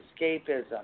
escapism